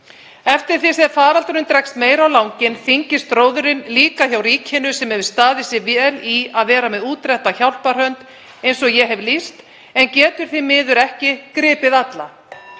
Eftir því sem faraldurinn dregst meir á langinn þyngist róðurinn, líka hjá ríkinu sem hefur staðið sig vel í að vera með útrétta hjálparhönd eins og ég hef lýst en getur því miður ekki gripið alla.